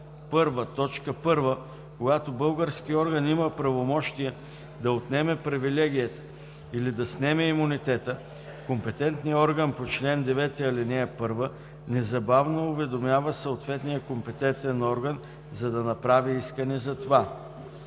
ал. 1, т. 1, когато български орган има правомощие да отнеме привилегията или да снеме имунитета, компетентният орган по чл. 9, ал. 1 незабавно уведомява съответния компетентен орган, за да направи искане за това.